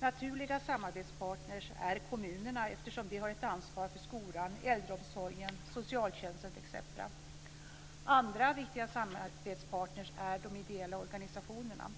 Naturliga samarbetspartner är kommunerna, eftersom de har ett ansvar för skolan, äldreomsorgen, socialtjänsten etc. Andra viktiga samarbetspartner är de ideella organisationerna.